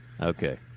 Okay